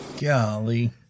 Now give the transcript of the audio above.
Golly